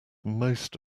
most